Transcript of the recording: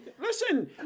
Listen